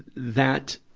that,